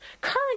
Current